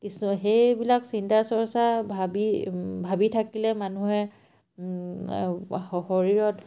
কিছু সেইবিলাক চিন্তা চৰ্চা ভাবি ভাবি থাকিলে মানুহে শৰীৰত